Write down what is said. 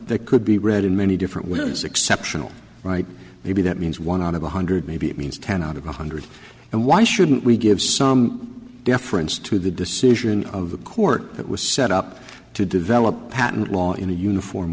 that could be read in many different wins exceptional right maybe that means one on a hundred maybe it means ten out of one hundred and why shouldn't we give some deference to the decision of the court that was set up to develop patent law in a uniform